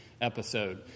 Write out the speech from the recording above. episode